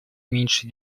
меньше